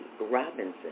Robinson